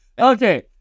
Okay